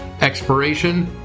Expiration